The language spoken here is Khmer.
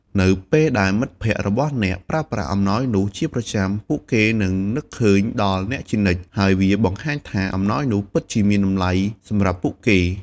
នៅពេលដែលមិត្តភក្តិរបស់អ្នកប្រើប្រាស់អំណោយនោះជាប្រចាំ ពួកគេនឹងនឹកឃើញដល់អ្នកជានិច្ច ហើយវាបង្ហាញថាអំណោយនោះពិតជាមានតម្លៃសម្រាប់ពួកគេ។